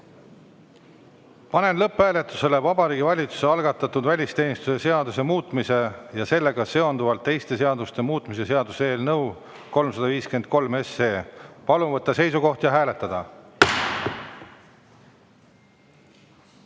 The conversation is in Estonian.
Panen lõpphääletusele Vabariigi Valitsuse algatatud välisteenistuse seaduse muutmise ja sellega seonduvalt teiste seaduste muutmise seaduse eelnõu 353. Palun võtta seisukoht ja hääletada!